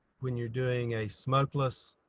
when you're doing a smokeless